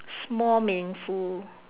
small meaningful